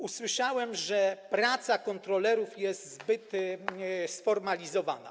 Usłyszałem, że praca kontrolerów jest zbyt sformalizowana.